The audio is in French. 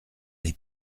les